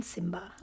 Simba